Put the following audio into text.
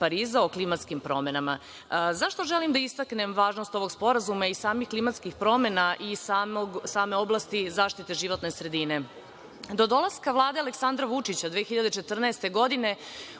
Pariza o klimatskim promenama.Zašto želim da istaknem važnost ovog sporazuma i samih klimatskih promena i same oblasti zaštite životne sredine? Do dolaska Vlade Aleksandra Vučića 2014. godine